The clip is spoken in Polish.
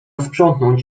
sprzątnąć